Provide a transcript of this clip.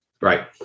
Right